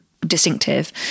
distinctive